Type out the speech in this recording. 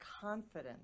confident